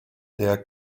der